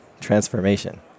transformation